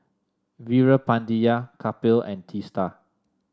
Veerapandiya Kapil and Teesta